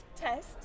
test